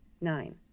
Nine